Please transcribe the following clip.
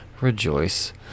rejoice